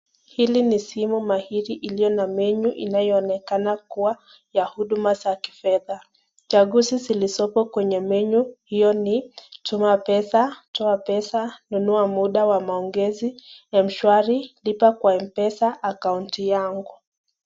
Hili ni simu mahiri iliyo na menyu inayoonekana kuwa ya huduma za kifedha, chaguzi zilizowekwa kwenye menyu hiyo ni Tuma pesa, toa pesa, nunua muda wa maongezi, mshwari, lipa kwa mpesa, akaunti yangu.